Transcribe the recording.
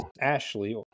Ashley